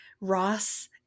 Ross-